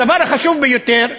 הדבר החשוב ביותר,